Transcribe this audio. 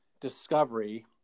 discovery